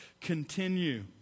continue